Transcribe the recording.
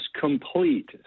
complete